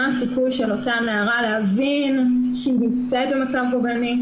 מה הסיכוי של אותה נערה להבין שהיא נמצאת במצב פוגעני,